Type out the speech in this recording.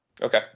Okay